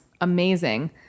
amazing